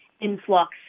influx